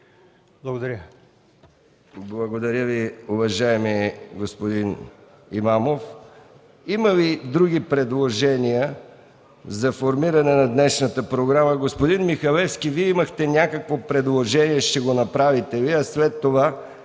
Благодаря, уважаеми господин Имамов. Има ли други предложения за формиране на днешната програма? Господин Михалевски, Вие имахте някакво предложение. Ще го направите ли? След това